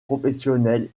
professionnel